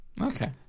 Okay